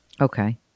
Okay